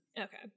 okay